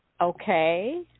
Okay